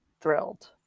thrilled